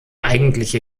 eigentliche